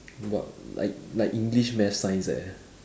but like like english maths science eh